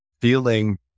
feeling